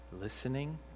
listening